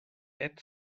add